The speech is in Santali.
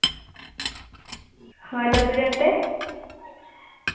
ᱦᱳᱭ ᱫᱚᱥ ᱦᱟᱡᱟᱨ ᱛᱮ